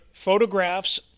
Photographs